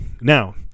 Now